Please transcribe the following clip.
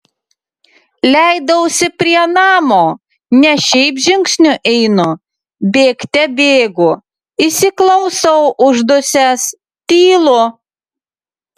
leidausi prie namo ne šiaip žingsniu einu bėgte bėgu įsiklausau uždusęs tylu